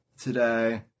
today